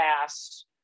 past